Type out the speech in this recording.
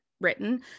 written